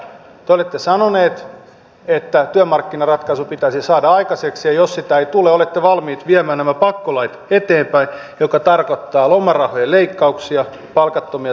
te olette sanonut että työmarkkinaratkaisu pitäisi saada aikaiseksi ja jos sitä ei tule olette valmis viemään nämä pakkolait eteenpäin mikä tarkoittaa lomarahojen leikkauksia palkattomia sairaspäiviä